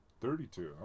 Thirty-two